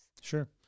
Sure